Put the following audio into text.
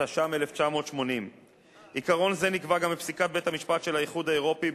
התש"ם 1980. עיקרון זה נקבע גם בפסיקת בית-המשפט של האיחוד האירופי.